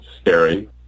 scary